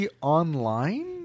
online